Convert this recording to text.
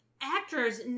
actors